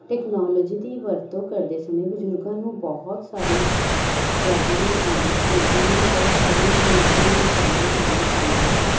technology ਦੀ ਵਰਤੋਂ ਕਰਦੇ ਸਮੇਂ ਬਜ਼ੁਰਗਾਂ ਨੂੰ ਬਹੁਤ ਸਾਰੀਆਂ ਪ੍ਰੋਬਲਮਾਂ ਆਉਂਦੀਆਂ ਹਨ ਉਹਨਾਂ ਨੂੰ ਬਹੁਤ ਸਾਰੀਆਂ ਚੁਣੌਤੀਆਂ ਦਾ ਸਾਹਮਣਾ ਕਰਨਾ ਪੈਂਦਾ ਹੈ